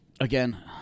Again